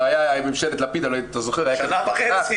הייתה ממשלת לפיד אם אתה זוכר --- שנה וחצי,